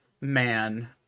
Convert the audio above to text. man